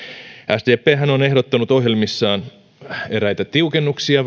sdphän on ehdottanut ohjelmissaan väliyhteisölakiin eräitä tiukennuksia